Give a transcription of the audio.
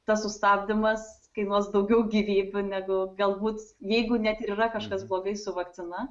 tas sustabdymas kainuos daugiau gyvybių negu galbūt jeigu net ir yra kažkas blogai su vakcina